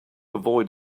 avoid